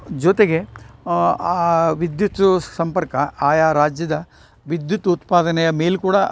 ಜೊತೆಗೆ ಆ ವಿದ್ಯುತ್ತು ಸಂಪರ್ಕ ಆಯಾ ರಾಜ್ಯದ ವಿದ್ಯುತ್ ಉತ್ಪಾದನೆಯ ಮೇಲೆ ಕೂಡ